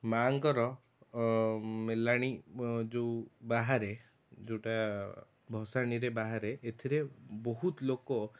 ମାଁଙ୍କର ମେଲାଣି ବ ଯେଉଁ ବାହାରେ ଯେଉଁଟା ଭଷାଣିରେ ବାହାରେ ଏଥିରେ ବହୁତ ଲୋକ